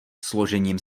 složením